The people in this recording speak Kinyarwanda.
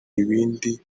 ibindi